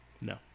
No